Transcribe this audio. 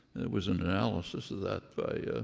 was an analysis of that by